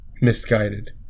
misguided